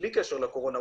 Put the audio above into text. בלי קשר לקורונה,